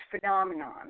phenomenon